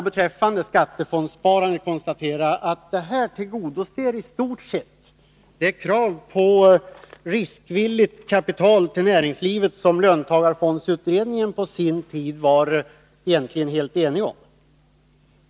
Beträffande skattefondssparandet kan jag konstatera att det tillgodoser i stort sett de krav på riskvilligt kapital till näringslivet som löntagarfondsutredningen på sin tid egentligen var helt enig om.